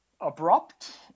abrupt